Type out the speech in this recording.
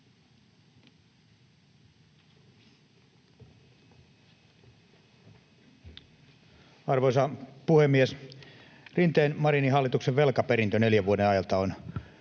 Arvoisa puhemies! Rinteen—Marinin hallituksen velkaperintö neljän vuoden ajalta on